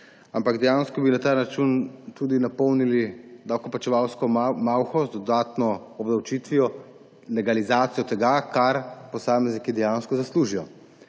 Ampak dejansko bi na ta račun tudi napolnili davkoplačevalsko malho z dodatno obdavčitvijo, legalizacijo tega, kar posamezniki dejansko zaslužijo.